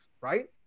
right